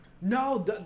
No